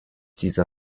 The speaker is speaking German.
dieser